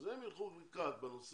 אז הם יילכו לקראת בנושא,